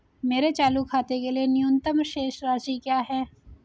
मेरे चालू खाते के लिए न्यूनतम शेष राशि क्या है?